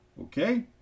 okay